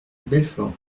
belfort